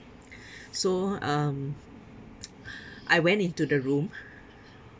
so um I went into the room